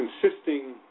consisting